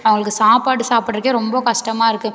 அவங்களுக்கு சாப்பாடு சாப்பிட்றக்கே ரொம்ப கஷ்டமாக இருக்குது